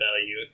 value